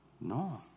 No